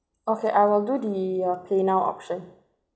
okay I will do the uh paynow option